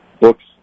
books